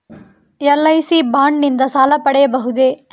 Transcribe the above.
LIC bond ನಿಂದ ಸಾಲ ಪಡೆಯಬಹುದೇ?